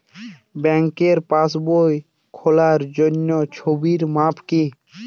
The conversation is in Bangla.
ব্যাঙ্কে পাসবই খোলার জন্য ছবির মাপ কী?